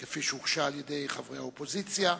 כפי שהוגשה על-ידי חברי האופוזיציה,